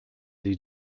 sie